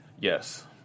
Yes